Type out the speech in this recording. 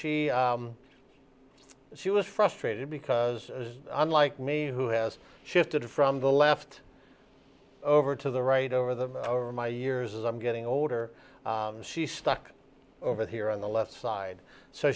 she she was frustrated because unlike me who has shifted from the left over to the right over the over my years as i'm getting older she's stuck over here on the left side so